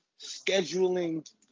scheduling